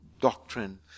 doctrine